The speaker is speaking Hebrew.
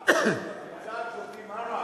בצה"ל שותים עראק?